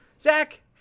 Zach